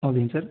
ஓகேங்க சார்